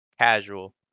Casual